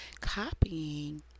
copying